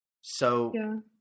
So-